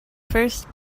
first